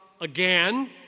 again